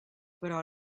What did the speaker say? però